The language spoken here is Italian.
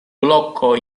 blocco